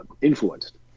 influenced